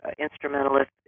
instrumentalist